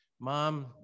Mom